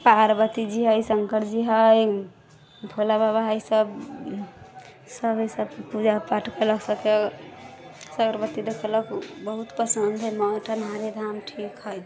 पार्वतीजी हइ शङ्करजी हइ भोलाबाबा हइ सब सब हइ सब पूजा पाठ कैलक सबके सब अगरबत्ती देखेलक बहुत पसन्द हइ मठ अन्हारी धाम ठीक हइ